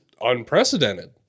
unprecedented